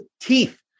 teeth